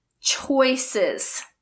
Choices